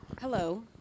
Hello